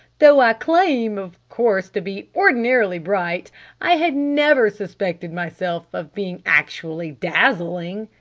though i claim, of course, to be ordinarily bright i had never suspected myself of being actually dazzling.